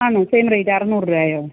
ആണോ same rate അറുനൂറ് രൂപയോ